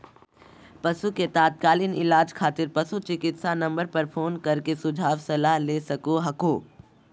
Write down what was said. पशु के तात्कालिक इलाज खातिर पशु चिकित्सा नम्बर पर फोन कर के सुझाव सलाह ले सको हखो